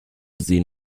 sehen